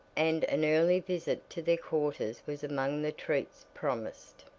and an early visit to their quarters was among the treats promised.